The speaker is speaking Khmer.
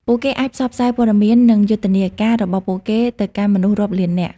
ពួកគេអាចផ្សព្វផ្សាយព័ត៌មាននិងយុទ្ធនាការរបស់ពួកគេទៅកាន់មនុស្សរាប់លាននាក់។